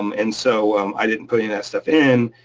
um and so i didn't put in that stuff in,